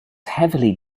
heavily